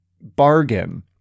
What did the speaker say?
bargain